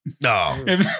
No